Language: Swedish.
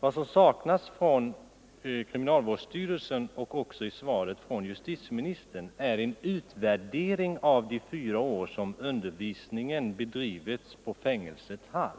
Vad som saknas i detta ställningstagande och också i svaret från justiteministern är 121 en utvärdering av de fyra år som undervisningen bedrivits på fängelset Hall.